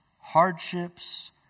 hardships